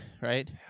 right